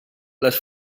les